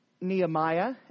Nehemiah